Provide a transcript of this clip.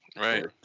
right